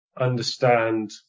understand